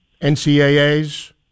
NCAA's